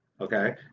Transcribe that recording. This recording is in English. okay